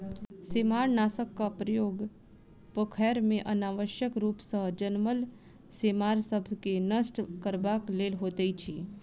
सेमारनाशकक प्रयोग पोखैर मे अनावश्यक रूप सॅ जनमल सेमार सभ के नष्ट करबाक लेल होइत अछि